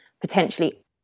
potentially